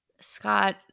Scott